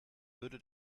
würde